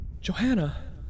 Johanna